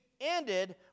ended